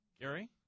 Gary